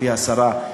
גברתי השרה,